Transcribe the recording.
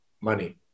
money